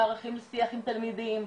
מערכים לשיח עם תלמידים,